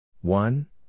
One